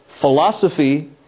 philosophy